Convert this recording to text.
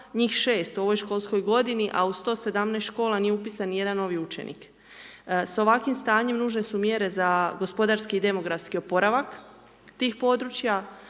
njih 6 u ovoj školskoj godini a u 117 škola nije upisan ni jedan novi učenik. S ovakvim stanjem nužne su mjere za gospodarski i demografski oporavak tih područja,